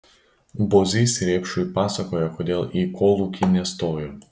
bozys rėpšui pasakojo kodėl į kolūkį nestojo